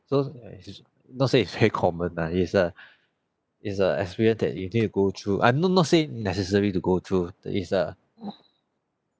so it's not say is very common lah is a is a experience that you need to go through uh not not say necessary to go through the is a